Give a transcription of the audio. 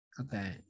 Okay